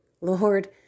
Lord